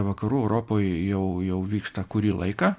vakarų europoj jau jau vyksta kurį laiką